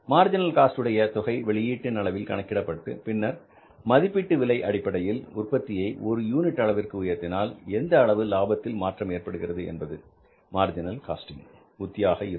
marginal cost உடைய தொகை வெளியீட்டின் அளவில் கணக்கிடப்பட்டு பின்னர் மதிப்பீட்டு விலை அடிப்படையில் உற்பத்தியை ஒரு யூனிட் அளவிற்கு உயர்த்தினால் எந்த அளவு லாபத்தில் மாற்றம் ஏற்படுகிறது என்பது மார்ஜினல் காஸ்டிங் உத்தியாக இருக்கும்